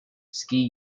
ski